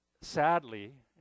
sadly